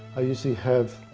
i usually have